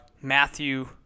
Matthew